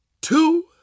two